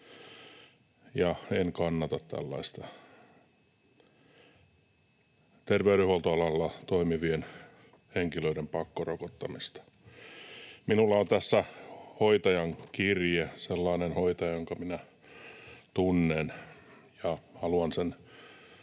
en kannata tällaista terveydenhuoltoalalla toimivien henkilöiden pakkorokottamista. Minulla on tässä hoitajan kirje, sellaisen hoitajan, jonka minä tunnen, ja haluan hänen